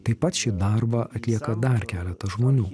taip pat šį darbą atlieka dar keletą žmonių